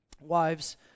Wives